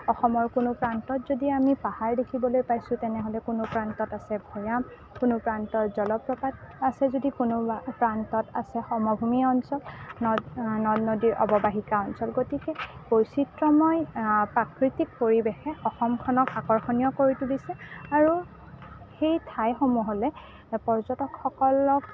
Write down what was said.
অসমৰ কোনো প্ৰান্তত যদি আমি পাহাৰ দেখিবলৈ পাইছোঁ তেনেহ'লে কোনো প্ৰান্তত আছে ভৈয়াম কোনো প্ৰান্তৰ জলপ্ৰপাত আছে যদি কোনোবা প্ৰান্তত আছে সমভূমি অঞ্চল নদ নদী অৱবাহিকা অঞ্চল গতিকে বৈচিত্ৰময় প্ৰাকৃতিক পৰিৱেশে অসমখনক আকৰ্ষণীয় কৰি তুলিছে আৰু সেই ঠাইসমূহলৈ পৰ্যটকসকলক